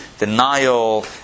denial